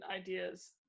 ideas